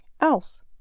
else